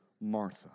Martha